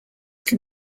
can